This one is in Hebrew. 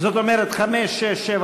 הסתייגות של חברי